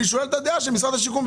אני שואל מה הדעה של משרד השיכון?